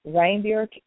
Reindeer